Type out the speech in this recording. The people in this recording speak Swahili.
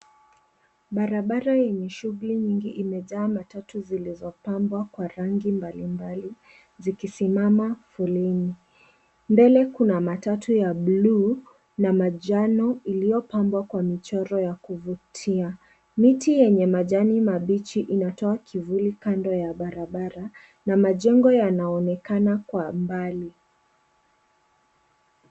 Barabara yenye shughuli nyingi imejaa matatu zilizopambwa kwa rangi mbali mbali, zikisimama foleni. Mbele kuna matatu ya blue na manjano, iliyopambwa kwa michoro ya kuvutia. Miti yenye majani mabichi inatoa kivuli kando ya barabara, na majengo yanaonekana kwa mbali.